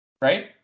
right